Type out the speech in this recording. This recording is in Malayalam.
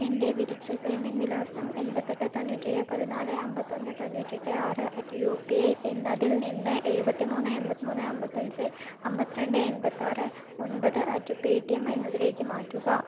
എൻ്റെ വെരിച്വൽ പേയ്മെന്റ് വിലാസം എൺപത്തെട്ട് തൊണ്ണൂറ്റേഴ് പതിന്നാല് അമ്പത്തത്തൊന്നേ തൊണ്ണൂറ്റെട്ടെ ആറ് അറ്റ് യു പി ഐ എന്നതിൽ നിന്ന് എഴുപത്തിമൂന്ന് എൺപത്തിമൂന്ന് അൻപത്തിയഞ്ച് അൻപത്തിരണ്ട് എൺമ്പത്തിയാര് ഒൻമ്പത് അറ്റ് പേറ്റിഎം എന്നതിലേക്ക് മാറ്റുക